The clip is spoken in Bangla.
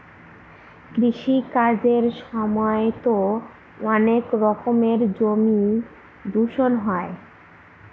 কৃষি কাজের সময়তো অনেক রকমের জমি দূষণ হয়